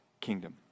kingdom